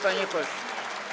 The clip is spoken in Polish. Panie pośle.